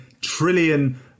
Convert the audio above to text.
trillion